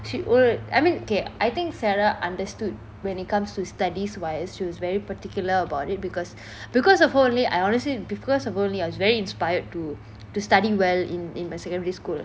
she ol~ I mean okay I think sarah understood when it comes to studies wise she was very particular about it because because of her only I honestly because of only as very inspired to to study well in in my secondary school